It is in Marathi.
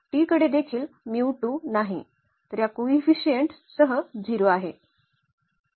तर या कोइफिसिएंट सह 0 आहे